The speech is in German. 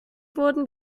wurden